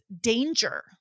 danger